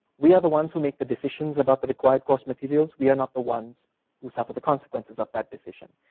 we are the ones who make the decisions about the required course materials, we are not the ones who suffer the conswquences of that decision.